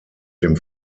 dem